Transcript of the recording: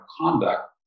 conduct